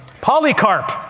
Polycarp